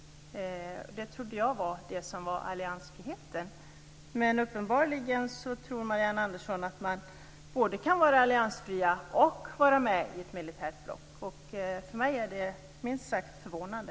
Det trodde jag var alliansfrihet. Men uppenbarligen tror Marianne Andersson att man både kan vara alliansfri och vara med i ett militärt block. För mig är det minst sagt förvånande.